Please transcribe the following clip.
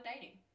dating